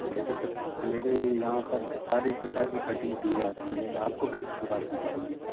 मेरे तो मेरे यहाँ पर सारी प्रकार की कटिंग की जाती है आपको किस प्रकार की चाहिए